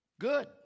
Good